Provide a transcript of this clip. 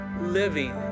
living